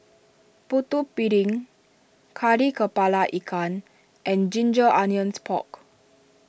Putu Piring Kari Kepala Ikan and Ginger Onions Pork